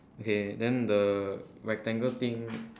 okay then the rectangle thing